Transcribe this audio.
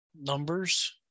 numbers